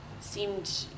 seemed